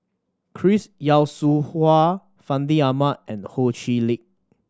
Chris Yeo Siew Hua Fandi Ahmad and Ho Chee Lick